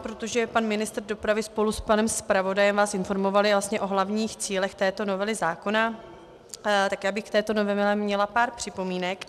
Protože pan ministr dopravy spolu s panem zpravodajem vás informovali o hlavních cílech této novely zákona, já bych k této novele měla pár připomínek.